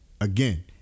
Again